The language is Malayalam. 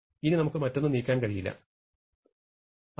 ഇനി നമുക്ക് മറ്റൊന്നും നീക്കാൻ കഴിയില്ല സമയം 1009 കാണുക